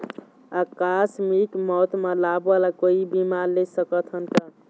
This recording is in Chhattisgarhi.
आकस मिक मौत म लाभ वाला कोई बीमा ले सकथन का?